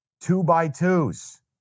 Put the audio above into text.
two-by-twos